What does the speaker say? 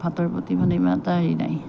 ভাতৰ প্ৰতি মানে ইমান এটা হেৰি নাই